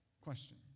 Question